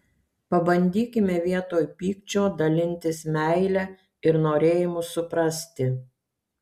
pabandykime vietoj pykčio dalintis meile ir norėjimu suprasti